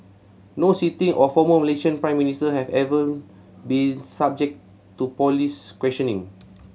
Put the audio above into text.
no sitting or former Malaysian Prime Minister has ever been subject to police questioning